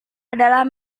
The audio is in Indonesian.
adalah